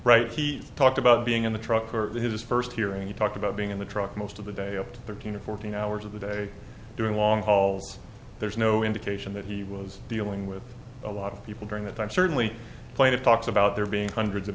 right he talked about being in the truck for his first hearing you talk about being in the truck most of the day after thirteen or fourteen hours of the day doing long hauls there's no indication that he was dealing with a lot of people during that time certainly played it talks about there being hundreds of